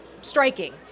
striking